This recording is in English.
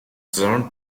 zoned